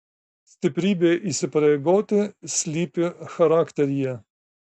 stiprybė įsipareigoti slypi charakteryje